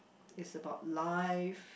is about life